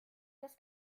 das